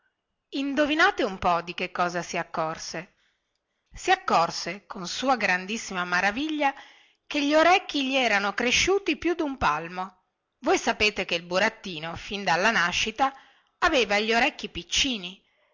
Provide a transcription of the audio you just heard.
indovinate un po di che cosa si accorse si accorse con sua grandissima maraviglia che gli orecchi gli erano cresciuti più dun palmo voi sapete che il burattino fin dalla nascita aveva gli orecchi piccini